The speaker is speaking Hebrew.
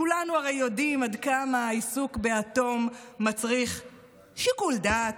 כולנו הרי יודעים עד כמה העיסוק באטום מצריך שיקול דעת,